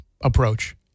approach